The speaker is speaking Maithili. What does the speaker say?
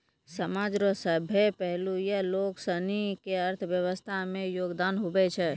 समाज रो सभ्भे पहलू या लोगसनी के अर्थव्यवस्था मे योगदान हुवै छै